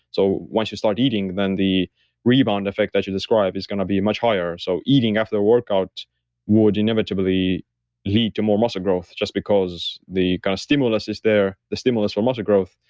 so once you start eating, then the rebound effect that you described is going to be much higher so eating after a workout would inevitably lead to more muscle growth, just because the stimulus is there, the stimulus for muscle growth,